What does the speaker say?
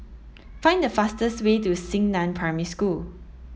find the fastest way to Xingnan Primary School